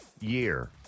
year